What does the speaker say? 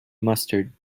mustard